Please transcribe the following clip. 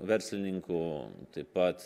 verslininkų tai pat